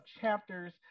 chapters